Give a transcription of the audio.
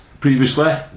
Previously